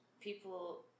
people